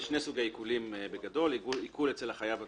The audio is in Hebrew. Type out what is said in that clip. יש שני סוגי עיקולים בגדול: עיקול אצל החייב עצמו,